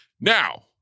Now